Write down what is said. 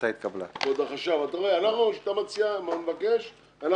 הצבעה בעד ההמלצות 2 נגד, אין נמנעים, אין